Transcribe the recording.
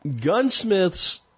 Gunsmiths